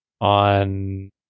on